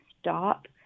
stop